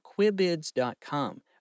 Quibids.com